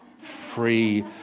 Free